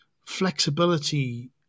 flexibility